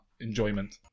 enjoyment